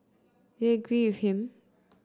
do you agree with him